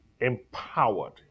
empowered